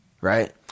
Right